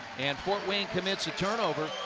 and forte wane commits the turnover.